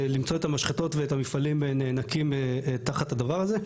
ולמצוא את המשחטות והמפעלים נאנקים תחת הדבר הזה.